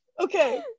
okay